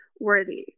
worthy